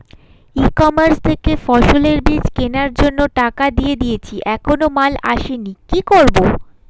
E commerce থেকে ফসলের বীজ কেনার জন্য টাকা দিয়ে দিয়েছি এখনো মাল আসেনি কি করব?